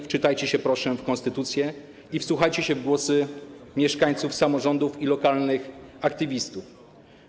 Wczytajcie się, proszę, w konstytucję i wsłuchajcie się w głosy mieszkańców, samorządów i lokalnych aktywistów.